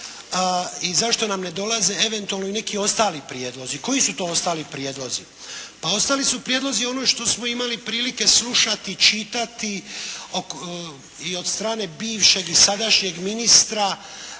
i zašto nam ne dolaze eventualno i neki ostali prijedlozi. Koji su to ostali prijedlozi? Pa ostali su prijedlozi ono što smo imali prilike slušati, čitati i od strane bivšeg i sadašnjeg ministra